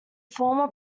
former